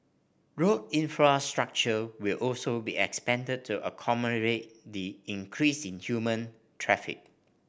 road infrastructure will also be expanded to accommodate the increase in human traffic